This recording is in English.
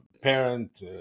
parent